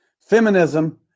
Feminism